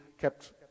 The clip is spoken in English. kept